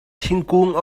thingkung